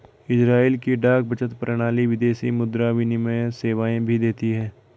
Israel की डाक बचत प्रणाली विदेशी मुद्रा विनिमय सेवाएं भी देती है